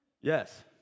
Yes